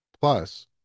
Plus